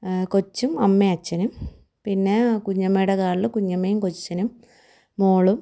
കൊച്ചും അമ്മയും അച്ഛനും പിന്നേ കുഞ്ഞമ്മയുടെ കാറില് കുഞ്ഞമ്മയും കൊച്ചച്ചനും മകളും